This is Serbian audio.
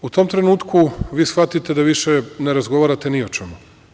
U tom trenutku vi shvatite da više ne razgovarate ni o čemu.